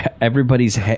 Everybody's